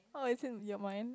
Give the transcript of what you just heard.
oh it's in your mind